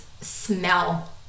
smell